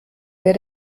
wer